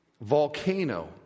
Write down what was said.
volcano